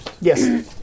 Yes